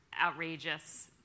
outrageous